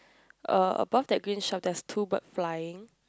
uh above that green shop there's two bird flying